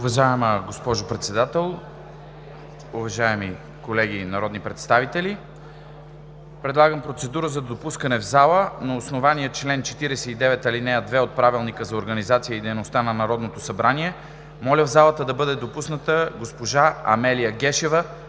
Уважаема госпожо Председател, уважаеми колеги народни представители! Предлагам процедура за допускане в залата. На основание чл. 49, ал. 2 от Правилника за организацията и дейността на Народното събрание моля в залата да бъде допусната госпожа Амелия Гешева